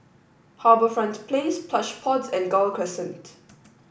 HarbourFront Place Plush Pods and Gul Crescent